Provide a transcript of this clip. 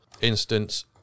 instance